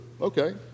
okay